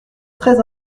très